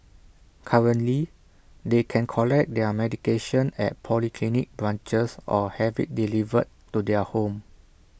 currently they can collect their medication at polyclinic branches or have IT delivered to their home